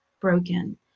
broken